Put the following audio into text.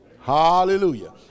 Hallelujah